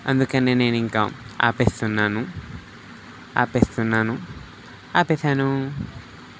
అందుకనే నేను ఇంక ఆపేస్తున్నాను ఆపేస్తున్నాను ఆపేసాను